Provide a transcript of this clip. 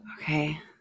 Okay